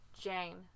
Jane